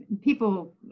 People